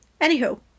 Anywho